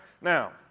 Now